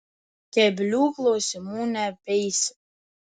keblių klausimų neapeisi